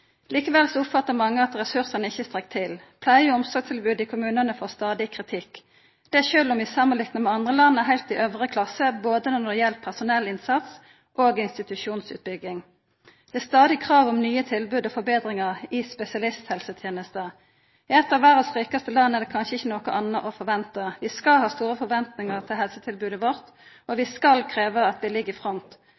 Likevel oppfattar mange at ressursane ikkje strekk til. Pleie- og omsorgstilbodet i kommunane får stadig kritikk, sjølv om vi samanlikna med andre land er heilt i øvre klasse når det gjeld både personellinnsats og institusjonsbygging. Det er stadig krav om nye tilbod og forbetringar i spesialisthelsetenesta. I eit av verdas rikaste land er det kanskje ikkje noko anna å venta. Vi skal ha store forventningar til helsetilbodet vårt, og vi